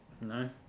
No